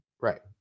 Right